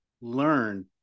learn